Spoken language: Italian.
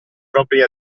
proprie